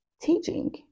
teaching